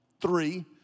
three